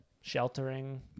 Sheltering